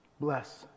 Bless